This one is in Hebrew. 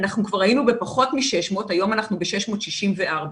היינו בפחות מ-600 היום אנחנו ב-664,